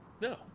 No